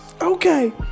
Okay